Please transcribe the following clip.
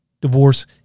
divorce